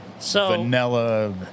vanilla